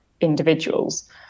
individuals